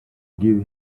give